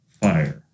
fire